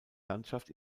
landschaft